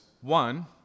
one